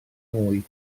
nwy